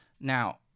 Now